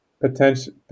potential